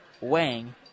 Wang